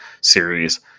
series